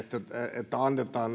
että annetaan